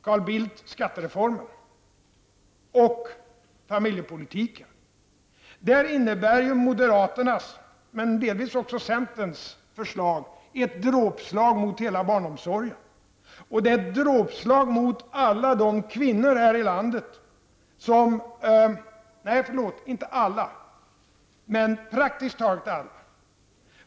Moderaternas men delvis också centerns förslag i fråga om skattereformen och familjepolitiken innebär ett dråpslag mot hela barnomsorgen och ett dråpslag mot praktiskt taget alla kvinnor här i landet.